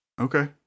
Okay